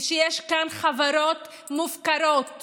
ויש כאן חברות מופקרות